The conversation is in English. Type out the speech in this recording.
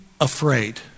afraid